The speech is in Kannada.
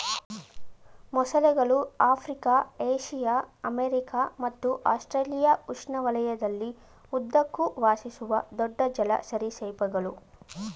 ಮೊಸಳೆಗಳು ಆಫ್ರಿಕಾ ಏಷ್ಯಾ ಅಮೆರಿಕ ಮತ್ತು ಆಸ್ಟ್ರೇಲಿಯಾ ಉಷ್ಣವಲಯದಲ್ಲಿ ಉದ್ದಕ್ಕೂ ವಾಸಿಸುವ ದೊಡ್ಡ ಜಲ ಸರೀಸೃಪಗಳು